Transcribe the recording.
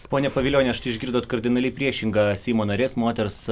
ponia pavilioniene štai išgirdot kardinaliai priešinga seimo narės moters